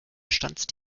stanzt